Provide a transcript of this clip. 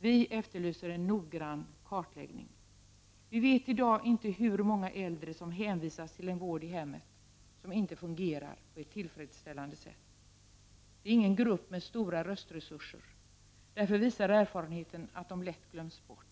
Vi efterlyser en noggrann kartläggning. Vi vet i dag inte hur många äldre som hänvisas till en vård i hemmet som inte fungerar på ett tillfredsställande sätt. Det är ingen grupp med stora röstresurser. Erfarenheten visar att den därför lätt glöms bort.